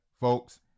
folks